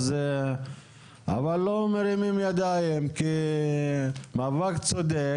אבל לא מרימים ידיים כי מאבק צודק,